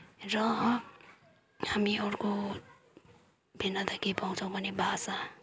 र हामी अर्को भिन्नता के पाउँछौँ भने भाषा